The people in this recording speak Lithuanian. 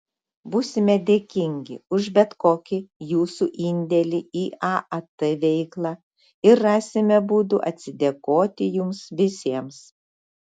būsime dėkingi už bet kokį jūsų indėlį į aat veiklą ir rasime būdų atsidėkoti jums visiems